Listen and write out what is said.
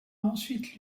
ensuite